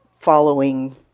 following